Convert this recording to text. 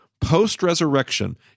post-resurrection